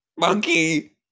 Monkey